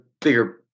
bigger